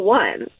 one